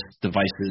devices